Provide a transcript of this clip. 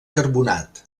carbonat